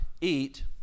eat